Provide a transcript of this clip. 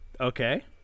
Okay